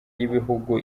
y’ibihugu